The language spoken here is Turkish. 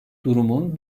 durumun